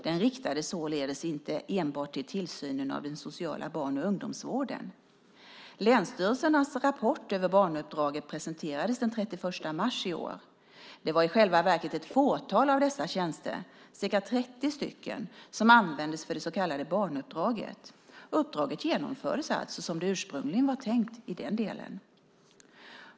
Den riktades således inte enbart till tillsynen av den sociala barn och ungdomsvården. Länsstyrelsernas rapport över barnuppdraget presenterades den 31 mars i år. Det var i själva verket ett fåtal av dessa tjänster, ca 30 stycken, som användes för det så kallade barnuppdraget. Uppdraget genomfördes alltså som det ursprungligen var tänkt i den delen.